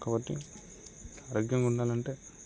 కాబట్టి ఆరోగ్యంగా ఉండాలంటే